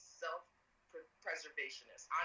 self-preservationist